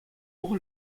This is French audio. pour